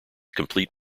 complete